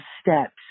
steps